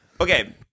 Okay